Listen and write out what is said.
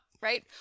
right